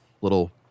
little